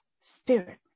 spirit